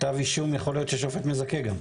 בדיונים שהיו פה בוועדה עם משרד החקלאות לא ניתן